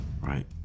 right